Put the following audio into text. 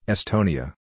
Estonia